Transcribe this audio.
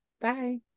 Bye